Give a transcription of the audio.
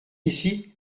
ici